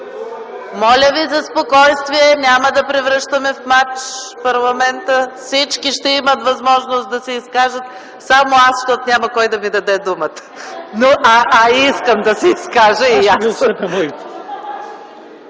Моля ви за спокойствие, няма да превръщаме в мач парламента. Всички ще имат възможност да се изкажат. Само аз – не, защото няма кой да ми даде думата, а искам да се изкажа и аз.